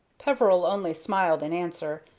peveril only smiled in answer,